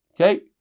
Okay